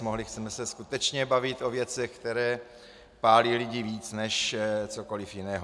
Mohli jsme se skutečně bavit o věcech, které pálí lidi víc než cokoliv jiného.